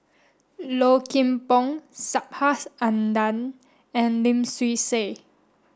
Low Kim Pong Subhas Anandan and Lim Swee Say